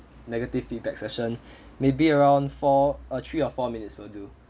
negative feedback session maybe around four uh three or four minutes will do